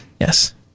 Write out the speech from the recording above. Yes